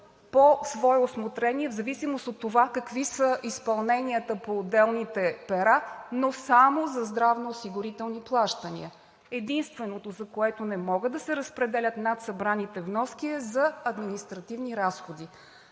по свое усмотрение в зависимост от това какви са изпълненията по отделните пера, но само за здравноосигурителни плащания. Единственото, за което не могат да се разпределят над събраните вноски, е за административни разходи,